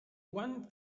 one